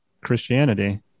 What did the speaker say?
Christianity